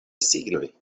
signoj